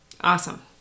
Awesome